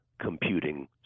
computing